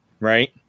right